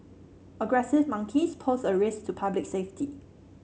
aggressive monkeys pose a risk to public safety